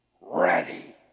Ready